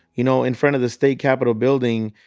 you know, in front of the state capitol building,